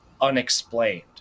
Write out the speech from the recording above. unexplained